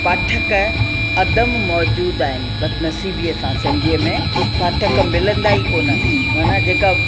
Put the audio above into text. पाठक अदम मौजूद आहिनि बदनसीबीअ सां सिंधीअ में पाठक मिलंदा ई कोन माना जेका